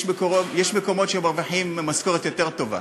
יש מקומות שמרוויחים בהם משכורת יותר טובה,